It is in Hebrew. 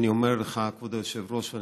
אני אומר לך, כבוד היושב-ראש, שאני